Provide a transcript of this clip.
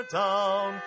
town